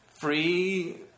free